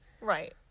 Right